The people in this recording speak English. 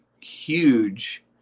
huge